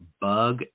bug